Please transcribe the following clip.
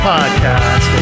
Podcast